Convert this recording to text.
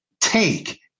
Take